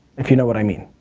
if you know what i mean.